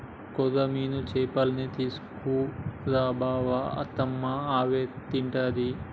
కొర్రమీను చేపల్నే తీసుకు రా బావ అత్తమ్మ అవే తింటది